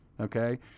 okay